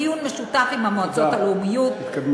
דיון משותף עם המועצות הלאומיות,